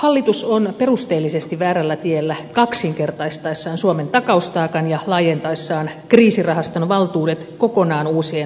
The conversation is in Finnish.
hallitus on perusteellisesti väärällä tiellä kaksinkertaistaessaan suomen takaustaakan ja laajentaessaan kriisirahaston valtuudet kokonaan uusien toimintamuotojen alueelle